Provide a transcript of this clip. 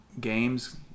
games